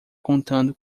contando